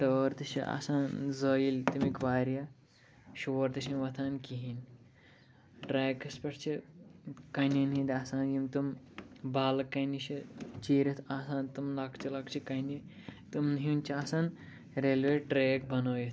ٹٲر تہِ چھِ آسان زٲیِل تٔمِکۍ واریاہ شوٗر تہِ چھُنہٕ وۄتھان کِہیٖنۍ ٹرٛیکَس پٮ۪ٹھ چھِ کَنیٚن ہنٛدۍ آسان یِم تِم بالہٕ کَنہِ چھِ چیٖرِتھ آسان تِم لۄکچہِ لۄکچہِ کَنہِ تمنٕے ہنٛدۍ چھِ آسان ریلوے ٹرٛیک بَنٲیِتھ